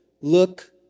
look